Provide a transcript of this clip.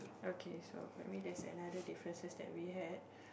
okay so by the way there's another differences that we had